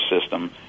system